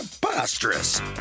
Preposterous